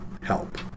help